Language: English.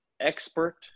expert